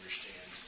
understand